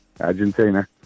Argentina